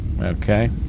Okay